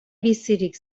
bizirik